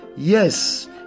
Yes